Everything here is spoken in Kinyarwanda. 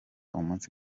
umunsi